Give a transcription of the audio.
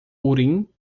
urim